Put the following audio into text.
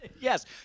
Yes